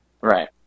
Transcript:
Right